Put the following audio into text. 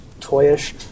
toyish